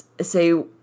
say